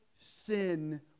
sin